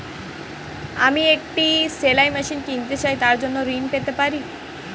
আমি একটি সেলাই মেশিন কিনতে চাই তার জন্য ঋণ পেতে পারি?